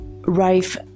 Rife